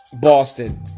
Boston